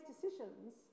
decisions